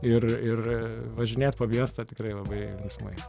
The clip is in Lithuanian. ir ir važinėt po miestą tikrai labai linksmai